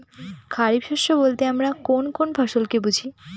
খরিফ শস্য বলতে আমরা কোন কোন ফসল কে বুঝি?